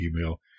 email